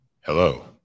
Hello